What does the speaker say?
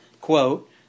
quote